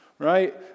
Right